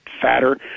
fatter